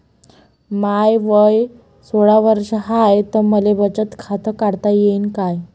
माय वय सोळा वर्ष हाय त मले बचत खात काढता येईन का?